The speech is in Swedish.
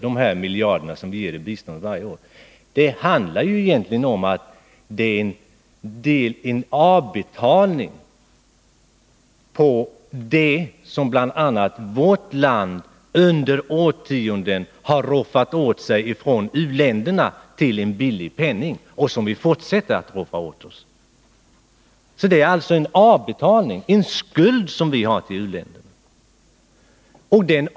De miljarder som vi varje år ger i bistånd är snarare att se som avbetalning på det som bl.a. vårt land under årtionden till en billig penning har roffat åt sig från u-länderna och fortsätter att roffa åt sig. Vi har alltså en skuld till u-länderna.